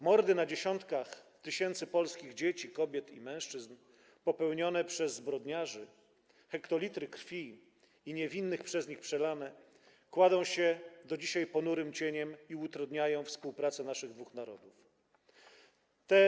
Mordy na dziesiątkach tysięcy polskich dzieci, kobiet i mężczyzn popełnione przez zbrodniarzy, hektolitry krwi niewinnych przez nich przelane kładą się do dzisiaj ponurym cieniem na współpracy naszych dwóch narodów i ją utrudniają.